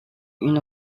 une